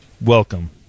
Welcome